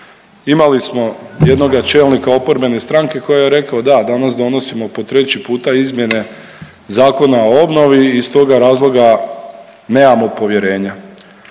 Imali smo jednoga čelnika oporbene stranke koji je rekao da danas donosimo po treći puta izmjene Zakona o obnovi i iz toga razloga nemamo povjerenja.